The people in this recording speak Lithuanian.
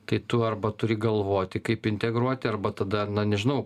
tai tu arba turi galvoti kaip integruoti arba tada na nežinau